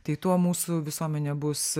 tai tuo mūsų visuomenė bus